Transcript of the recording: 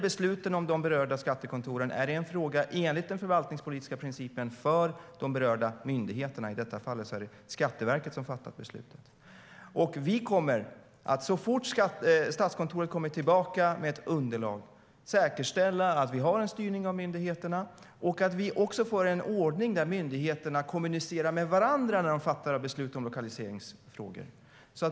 Besluten om de berörda skattekontoren är, enligt den förvaltningspolitiska principen, en fråga för de berörda myndigheterna. I detta fall är det Skatteverket som fattar besluten. Så fort Statskontoret kommer tillbaka med ett underlag kommer vi att säkerställa att vi har en styrning av myndigheterna och att vi får en ordning där myndigheterna kommunicerar med varandra när de fattar beslut om lokaliseringsfrågor.